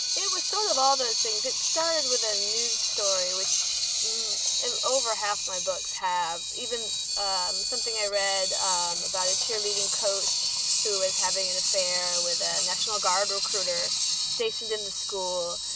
it was sort of all those things. it started with a news story which over half my books have even um something i read um about a cheerleading coach who is having an affair with a national guard recruiter stationed in the school.